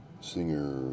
singer